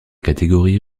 catégorie